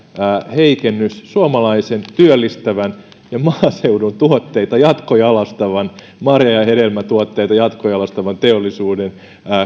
heikennys suomalaisen työllistävän ja maaseudun tuotteita jatkojalostavan marja ja hedelmätuotteita jatkojalostavan teollisuuden